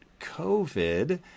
COVID